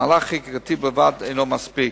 מהלך חקיקתי בלבד אינו מספיק.